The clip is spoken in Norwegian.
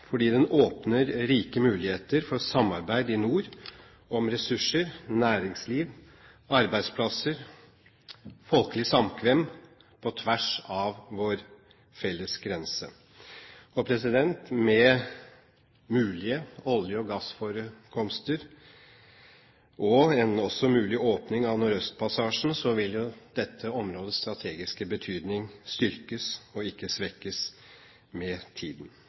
Den åpner rike muligheter for samarbeid i nord om ressurser, næringsliv, arbeidsplasser og folkelig samkvem på tvers av vår felles grense. Med mulige olje- og gassforekomster og også en mulig åpning av Nordøstpassasjen vil dette områdets strategiske betydning styrkes – og ikke svekkes – med tiden.